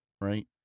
right